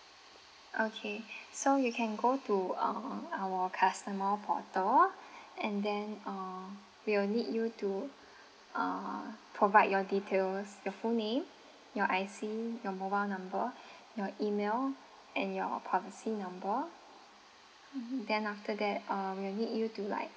okay so you can go to uh our customer portal and then uh we'll need you to uh provide your details your full name your I_C your mobile number your email and your policy number then after that uh we'll need you to like